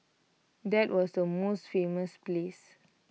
that was the most famous place